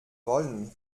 wollen